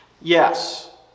Yes